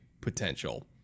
potential